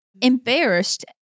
embarrassed